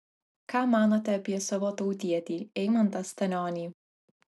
ką manote apie savo tautietį eimantą stanionį